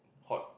hot